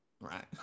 right